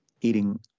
eating